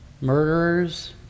murderers